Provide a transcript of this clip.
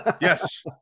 Yes